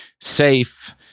safe